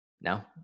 No